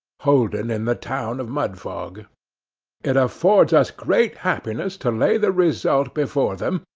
holden in the town of mudfog it affords us great happiness to lay the result before them,